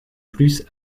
plus